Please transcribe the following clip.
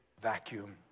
vacuum